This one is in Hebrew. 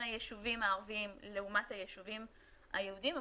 היישובים הערביים לעומת היישובים היהודיים,